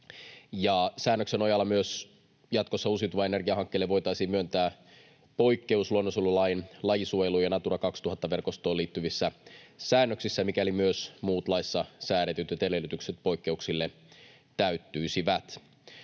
Säännöksen nojalla myös jatkossa uusiutuvan energian hankkeille voitaisiin myöntää poikkeus luonnonsuojelulain lajisuojeluun ja Natura 2000 ‑verkostoon liittyvissä säännöksissä, mikäli myös muut laissa säädetyt edellytykset poikkeuksille täyttyisivät.